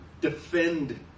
defend